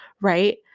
right